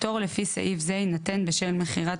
הפטור לפי סעיף זה יינתן בשל מכירת